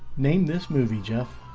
name this movie jeff